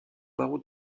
barreau